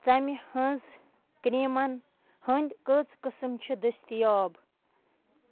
ژمہِ ہٕنٛز کرٛیٖمن ہٕنٛدۍ کٔژ قٕسٕم چھِ دٔستِیاب